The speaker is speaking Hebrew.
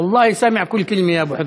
אללה שומע את כל מילותיך.